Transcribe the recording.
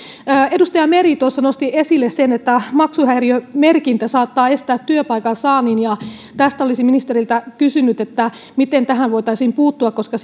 edustaja meri nosti esille sen että maksuhäiriömerkintä saattaa estää työpaikan saannin tästä olisin ministeriltä kysynyt miten tähän voitaisiin puuttua koska